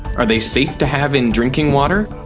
are they safe to have in drinking water?